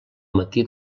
matí